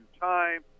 time